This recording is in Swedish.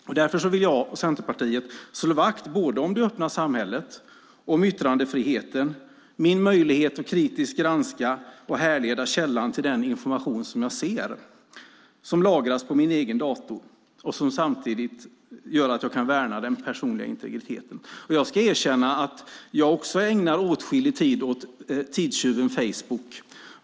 Därför vill jag och Centerpartiet slå vakt om det öppna samhället, yttrandefriheten, min möjlighet att kritiskt granska och härleda källan till den information jag ser som lagras på min egen dator och samtidigt värna den personliga integriteten. Jag ska erkänna att också jag ägnar åtskillig tid åt tidstjuven Facebook.